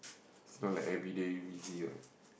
it's not like everyday busy what